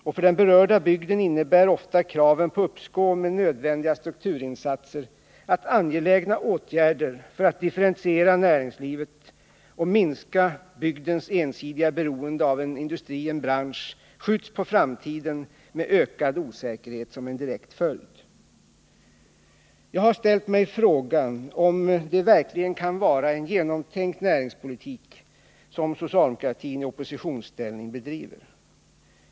Och för den berörda bygden innebär ofta kraven på uppskov med nödvändiga strukturinsatser att angelägna åtgärder för att differentiera näringslivet och minska bygdens ensidiga beroende av en industri, en bransch, skjuts på framtiden med ökad osäkerhet som en direkt följd. Jag har ställt mig frågan, om det verkligen kan vara en genomtänkt näringspolitik som socialdemokratin i oppositionsställning bedriver.